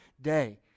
day